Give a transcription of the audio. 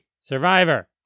survivor